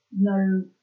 no